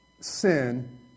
sin